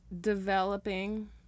developing